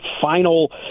final